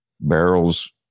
barrels